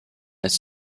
its